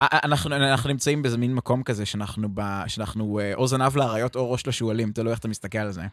אנחנו נמצאים באיזה מין מקום כזה שאנחנו בא... שאנחנו או זנב לאריות או ראש לשועלים, תלוי איך אתה מסתכל על זה.